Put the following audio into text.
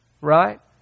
Right